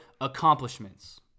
accomplishments